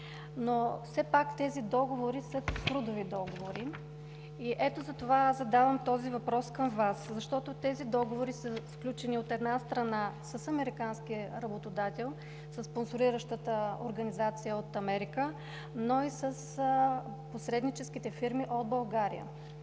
но все пак тези договори са трудови договори. Ето затова аз задавам този въпрос към Вас, защото тези договори са сключени, от една страна, с американския работодател – със спонсориращата организация от Америка, но и с посреднически фирми от България.